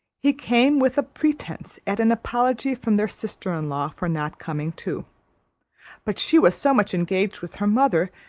he came with a pretence at an apology from their sister-in-law, for not coming too but she was so much engaged with her mother,